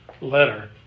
letter